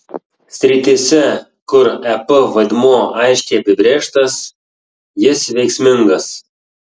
srityse kur ep vaidmuo aiškiai apibrėžtas jis veiksmingas